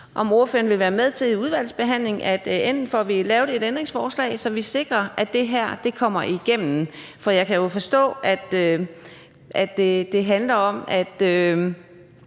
om ordføreren vil være med til, at vi i udvalgsbehandlingen får lavet et ændringsforslag, så vi sikrer, at det her kommer igennem. For jeg kan jo forstå, at det handler om, at